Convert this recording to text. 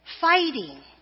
fighting